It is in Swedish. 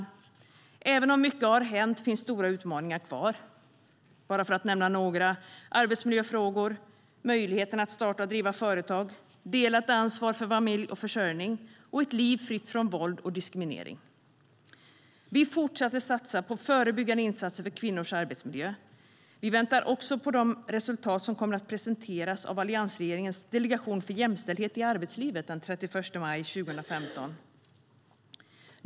Även om mycket har hänt finns stora utmaningar kvar. Bara för att nämna några: arbetsmiljöfrågor, möjligheten att starta och driva företag, delat ansvar för familj och försörjning och ett liv fritt från våld och diskriminering. Vi fortsätter att satsa på förebyggande insatser för kvinnors arbetsmiljö. Vi väntar också på de resultat som kommer att presenteras av alliansregeringens delegation för jämställdhet i arbetslivet den 31 maj 2015.